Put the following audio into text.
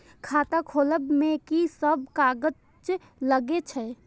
खाता खोलब में की सब कागज लगे छै?